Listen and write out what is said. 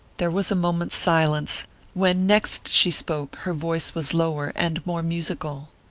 there was a moment's silence when next she spoke her voice was lower and more musical.